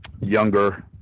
younger